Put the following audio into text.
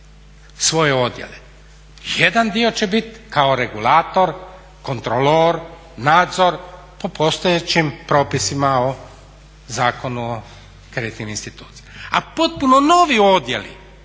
svoje odjele. Jedan dio će biti kao regulator, kontrolor, nadzor po postojećim propisima o Zakonu o kreditnim institucijama. A potpuno novi odjeli